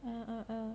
(uh huh)